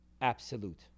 absolute